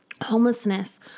homelessness